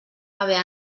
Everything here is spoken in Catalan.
haver